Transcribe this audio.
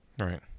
Right